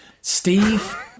Steve